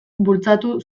bultzatu